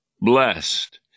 Blessed